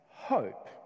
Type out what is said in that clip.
hope